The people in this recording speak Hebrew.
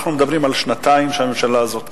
אנחנו מדברים על שנתיים שהממשלה הזאת קיימת.